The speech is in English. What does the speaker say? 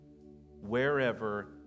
wherever